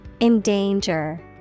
Endanger